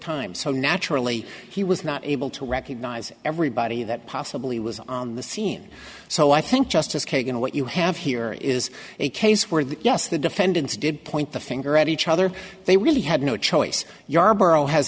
time so naturally he was not able to recognize everybody that possibly was on the scene so i think justice kagan what you have here is a case where the yes the defendants did point the finger at each other they really had no choice